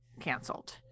canceled